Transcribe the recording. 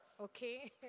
Okay